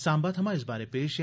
साम्बा थमां इस बारे पेश ऐ